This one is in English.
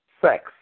sex